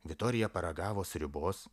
vitorija paragavo sriubos